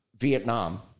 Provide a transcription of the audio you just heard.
Vietnam